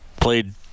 played